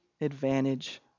advantage